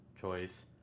choice